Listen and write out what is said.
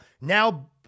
Now